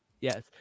Yes